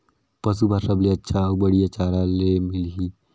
पशु बार सबले अच्छा अउ बढ़िया चारा ले मिलही?